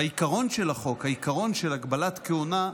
והעיקרון של החוק, העיקרון של הגבלת כהונה,